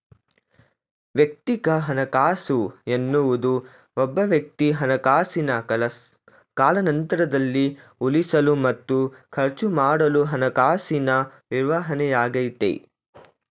ವೈಯಕ್ತಿಕ ಹಣಕಾಸು ಎನ್ನುವುದು ಒಬ್ಬವ್ಯಕ್ತಿ ಹಣಕಾಸಿನ ಕಾಲಾನಂತ್ರದಲ್ಲಿ ಉಳಿಸಲು ಮತ್ತು ಖರ್ಚುಮಾಡಲು ಹಣಕಾಸಿನ ನಿರ್ವಹಣೆಯಾಗೈತೆ